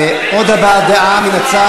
עוד הבעת דעה מן הצד,